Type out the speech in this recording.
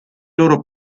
loro